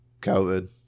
COVID